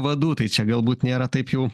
vadų tai čia galbūt nėra taip jau